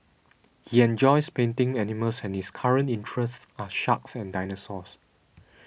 he enjoys painting animals and his current interests are sharks and dinosaurs